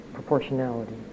Proportionality